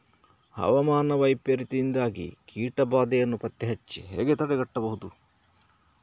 ಹವಾಮಾನ ವೈಪರೀತ್ಯದಿಂದಾಗಿ ಕೀಟ ಬಾಧೆಯನ್ನು ಪತ್ತೆ ಹಚ್ಚಿ ಹೇಗೆ ತಡೆಗಟ್ಟಬಹುದು?